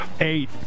Eight